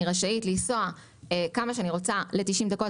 רשאית לנסוע כמה שאני רוצה במשך 90 דקות,